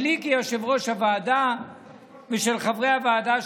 שלי כיושב-ראש הוועדה ושל חברי הוועדה,